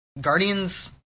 Guardians